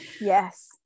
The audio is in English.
Yes